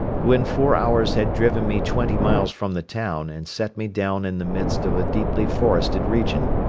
who in four hours had driven me twenty miles from the town and set me down in the midst of a deeply forested region.